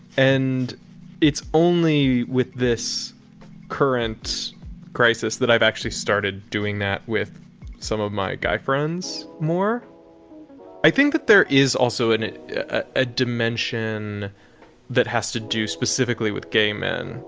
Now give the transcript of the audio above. and it's only with this current crisis that i've actually started doing that with some of my guy friends more i think that there is also and a dimension that has to do specifically with gay men